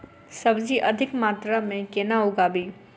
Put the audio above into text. सब्जी अधिक मात्रा मे केना उगाबी?